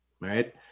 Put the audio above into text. right